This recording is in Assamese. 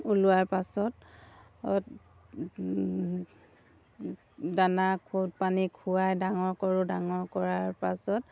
ওলোৱাৰ পাছত দানা ক'ত পানী খুৱাই ডাঙৰ কৰোঁ ডাঙৰ কৰাৰ পাছত